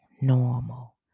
normal